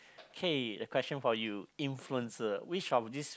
okay the question for you influencer which of these